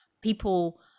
people